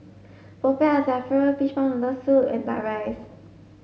Popiah Sayur Fishball noodle soup and duck rice